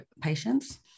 patients